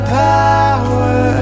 power